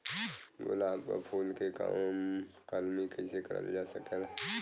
गुलाब क फूल के कलमी कैसे करल जा सकेला?